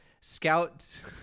Scout